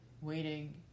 waiting